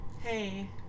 Hey